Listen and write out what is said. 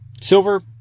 silver